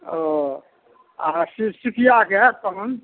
ओ अहाँ सि सिपिआके तहन